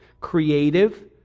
creative